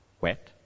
wet